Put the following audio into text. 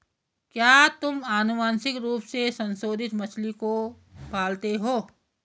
क्या तुम आनुवंशिक रूप से संशोधित मछली को पालते हो?